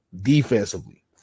defensively